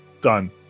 done